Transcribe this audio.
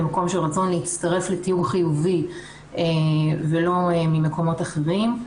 ממקום של רצון להצטרף לתיאור חיובי ולא ממקומות אחרים.